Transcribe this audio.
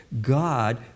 God